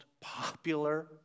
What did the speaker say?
popular